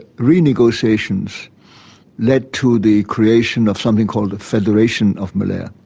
renegotiations led to the creation of something called a federation of malaya.